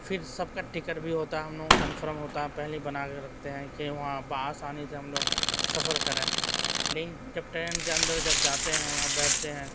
پھر سب کا ٹکٹ بھی ہوتا ہے ہم لوگوں کا کنفرم ہوتا ہے پہلے بنا کے رکھتے ہیں کہ وہاں بہ آسانی سے ہم لوگ سفر کریں لیکن جب ٹرین کے اندر جب جاتے ہیں وہاں بیٹھتے ہیں